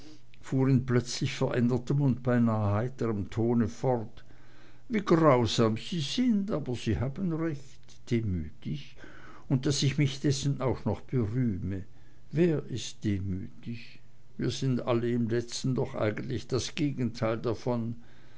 in plötzlich verändertem und beinah heiterem tone fort wie grausam sie sind aber sie haben recht demütig und daß ich mich dessen auch noch berühme wer ist demütig wir alle sind im letzten doch eigentlich das gegenteil davon